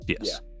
Yes